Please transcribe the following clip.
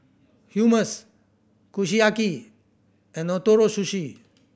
Hummus Kushiyaki and Ootoro Sushi